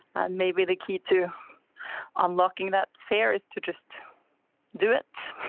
maybe the key to unlocking that fear is to just do it.